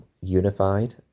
unified